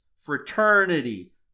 fraternity